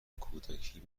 کودکی